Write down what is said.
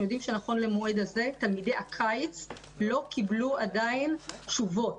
יודעים שנכון למועד זה תלמידי הקיץ לא קיבלו עדיין תשובות.